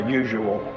usual